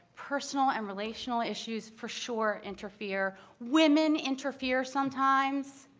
personal and relational issues, for sure, interfere. women interfere sometimes.